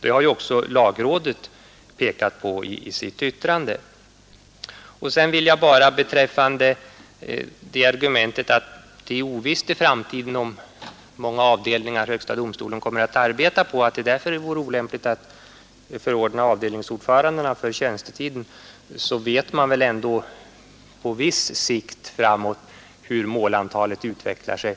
Det har ju också lagrådet pekat på i sitt yttrande. Beträffande argumentet att det är ovisst hur många avdelningar som högsta domstolen i framtiden kommer att vara uppdelad på och att det därför vore olämpligt att förordna avdelningsordförandena för tjänstetiden vill jag säga, att man väl ändå på viss sikt framöver kan se hur antalet mål utvecklar sig.